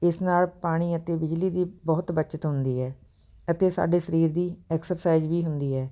ਇਸ ਨਾਲ ਪਾਣੀ ਅਤੇ ਬਿਜਲੀ ਦੀ ਬਹੁਤ ਬੱਚਤ ਹੁੰਦੀ ਹੈ ਅਤੇ ਸਾਡੇ ਸਰੀਰ ਦੀ ਐਕਸਰਸਾਈਜ਼ ਵੀ ਹੁੰਦੀ ਹੈ